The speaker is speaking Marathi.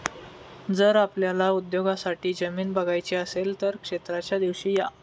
जर आपल्याला उद्योगासाठी जमीन बघायची असेल तर क्षेत्राच्या दिवशी या